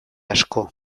asko